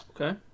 Okay